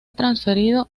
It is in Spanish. transferido